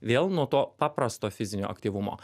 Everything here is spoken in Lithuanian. vėl nuo to paprasto fizinio aktyvumo